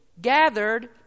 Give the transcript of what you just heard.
gathered